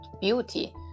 beauty